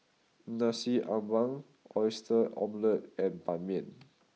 Nasi Ambeng Oyster Omelette and Ban Mian